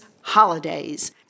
holidays